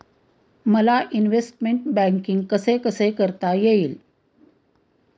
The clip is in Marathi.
मला इन्वेस्टमेंट बैंकिंग कसे कसे करता येईल?